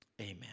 Amen